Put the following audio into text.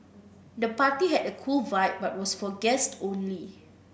the party had a cool vibe but was for guest only